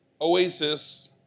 oasis